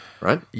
right